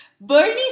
Bernie